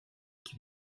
qui